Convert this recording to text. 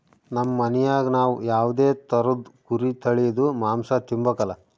ನಮ್ ಮನ್ಯಾಗ ನಾವ್ ಯಾವ್ದೇ ತರುದ್ ಕುರಿ ತಳೀದು ಮಾಂಸ ತಿಂಬಕಲ